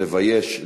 לבייש,